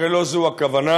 הרי לא זו הכוונה,